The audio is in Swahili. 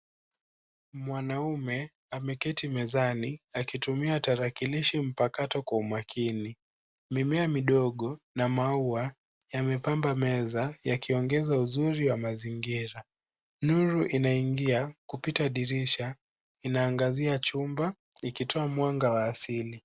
Mwanaume ameketi mezani, akitumia tarakilishi mpakato kwa umakini. Mimea midogo na maua yamepamba meza yakiongeza uzuri wa mazingira. Nuru inaingia kupita dirisha inaangazia chumba ikitoa mwanga wa asili.